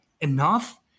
enough